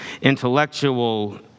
intellectual